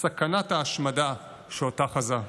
סכנת ההשמדה שאותה חזה.